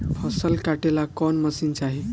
फसल काटेला कौन मशीन चाही?